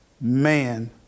Man